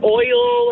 oil